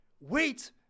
wait